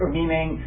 meaning